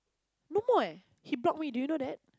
no more eh he block me do you know that